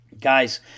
Guys